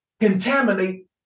contaminate